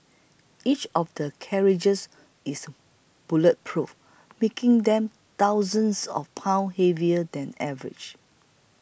each of the carriages is bulletproof making them thousands of pounds heavier than average